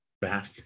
back